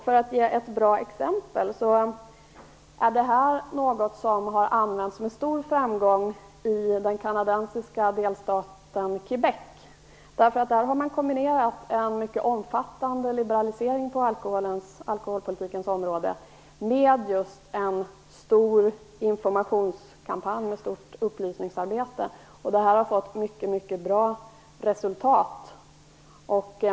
För att ge ett bra exempel vill jag nämna den metod som har använts med stor framgång i den kanadensiska delstaten Québec. Där har man kombinerat en mycket omfattande liberalisering på alkoholpolitikens område med en stor informationskampanj och ett stort upplysningsarbete. Detta har gett mycket bra resultat.